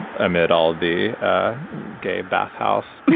amid all the gay bath house